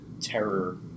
terror